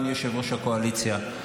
אדוני יושב-ראש הקואליציה,